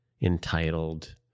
entitled